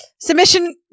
Submission